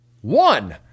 one